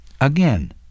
Again